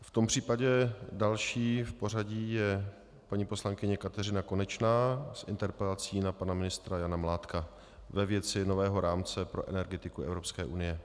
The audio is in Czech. V tom případě další v pořadí je paní poslankyně Kateřina Konečná s interpelací na pana ministra Jana Mládka ve věci nového rámce pro energetiku Evropské unie.